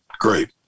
great